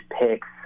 picks